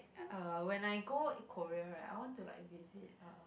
uh when I go Korea right I want to like visit uh